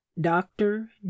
doctor